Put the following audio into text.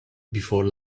before